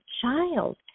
child